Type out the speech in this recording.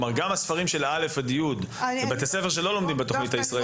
כלומר גם הספרים של כיתות א'-י' בבתי ספר שלא לומדים בתוכנית הישראלית.